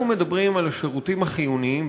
אנחנו מדברים על השירותים החיוניים,